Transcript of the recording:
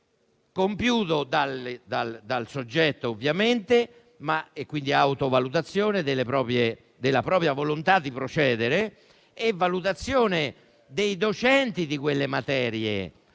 compiuto dal soggetto, e quindi vi sono una autovalutazione della propria volontà di procedere e una valutazione dei docenti di quelle materie,